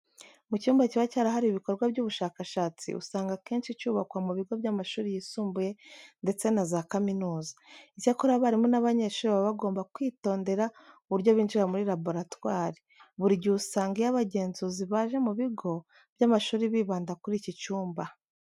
Mu cyumba kiba cyarahariwe ibikorwa by'ubushakashatsi usanga akenshi cyubakwa mu bigo by'amashuri yisumbuye ndetse na za kaminuza. Icyakora abarimu n'abanyeshuri baba bagomba kwitondera uburyo binjira muri laboratwari. Buri gihe usanga iyo abangenzuzi baje mu bigo by'amashuri bibanda kuri iki cyumba.